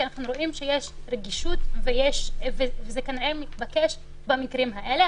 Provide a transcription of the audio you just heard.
כי אנחנו רואים שיש רגישות וזה כנראה מתבקש במקרים האלה.